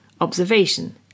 observation